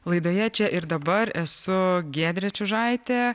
laidoje čia ir dabar esu giedrė čiužaitė